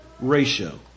ratio